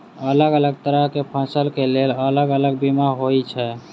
अलग अलग तरह केँ फसल केँ लेल अलग अलग बीमा होइ छै?